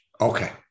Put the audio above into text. Okay